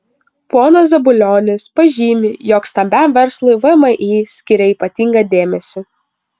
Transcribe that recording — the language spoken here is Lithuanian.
ponas zabulionis pažymi jog stambiam verslui vmi skiria ypatingą dėmesį